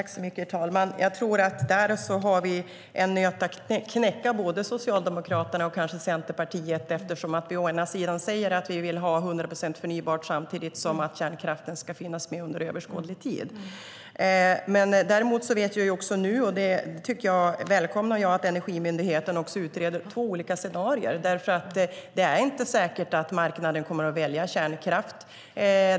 Herr talman! Jag tror att vi där har en nöt att knäcka, både Socialdemokraterna och kanske Centerpartiet, eftersom vi säger att vi vill ha hundra procent förnybar energi samtidigt som kärnkraften ska finnas med under överskådlig tid. Däremot vet jag, och det välkomnar jag, att Energimyndigheten utreder två olika scenarier, därför att det inte är säkert att marknaden kommer att välja kärnkraft.